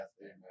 Amen